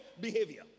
behavior